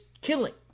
killing